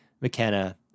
McKenna